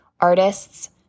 artists